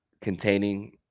containing